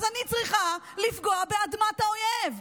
אני צריכה לפגוע באדמת האויב.